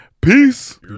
peace